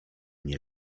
nie